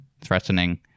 threatening